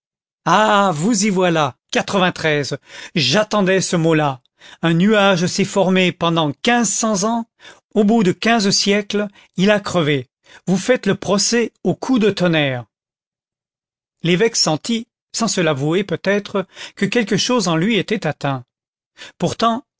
ah vous y voilà j'attendais ce mot-là un nuage s'est formé pendant quinze